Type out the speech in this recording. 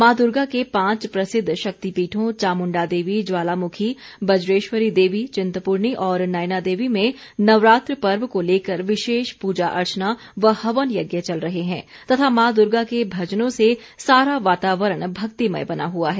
मां दर्गा के पांच प्रसिद्ध शक्तिपीठों चामुंडा देवी ज्वालामुखी बजेश्वरी देवी चिंतपूर्णी और नयना देवी में नवरात्र पर्व को लेकर विशेष पूजा अर्चना व हवन यज्ञ चल रहे हैं तथा मां दुर्गा के भजनों से सारा वातावरण भक्तिमय बना हुआ है